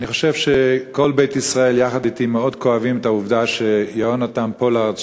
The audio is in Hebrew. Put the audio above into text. אני חושב שכל בית ישראל יחד אתי מאוד כואבים את העובדה שיהונתן פולארד,